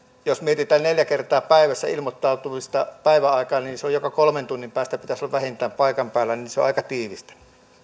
jos mietitään neljä kertaa päivässä ilmoittautumista päiväsaikaan niin vähintään joka kolmen tunnin päästä pitäisi olla paikan päällä ja se on aika tiivistä